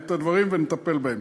את הדברים ונטפל בהם.